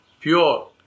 pure